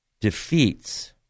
defeats